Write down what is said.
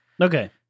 Okay